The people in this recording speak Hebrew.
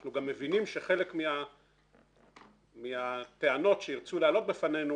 אנחנו גם מבינים שחלק מהטענות שירצו להעלות בפנינו